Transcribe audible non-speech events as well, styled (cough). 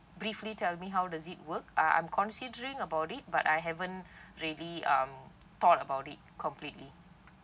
briefly tell me how does it work uh I'm considering about it but I haven't (breath) really um thought about it completely